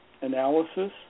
analysis